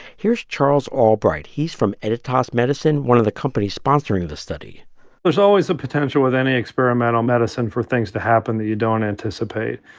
here's charles albright. he's from editas medicine, one of the companies sponsoring the study there's always a potential with any experimental medicine for things to happen that you don't anticipate.